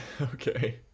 Okay